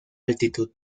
altitud